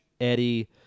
Eddie